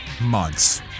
months